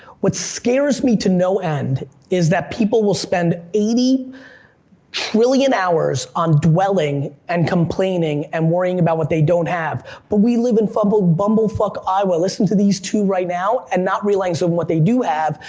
what scares me to no end is that people will spend eighty trillion hours on dwelling and complaining and worrying about what they don't have, but we live in but bumblefuck, iowa, listen to these two right now, and not realizing so what they do have,